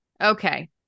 Okay